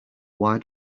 why